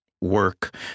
work